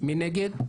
מי נגד?